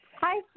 Hi